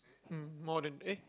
mm more than eh